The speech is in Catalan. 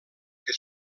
que